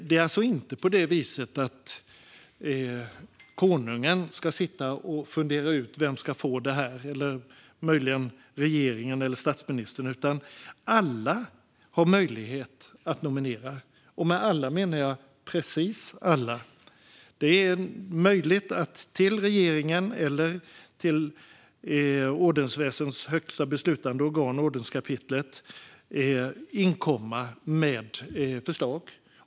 Det är alltså inte så att konungen eller möjligen regeringen eller statsministern ska sitta och fundera ut vem som ska få detta. Alla har möjlighet att nominera, och med alla menar jag precis alla. Det är möjligt att till regeringen eller till ordensväsendets högsta beslutande organ ordenskapitlet inkomma med förslag.